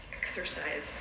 Exercise